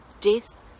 death